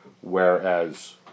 whereas